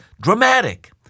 dramatic